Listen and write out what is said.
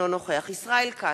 אינו נוכח ישראל כץ,